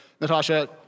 Natasha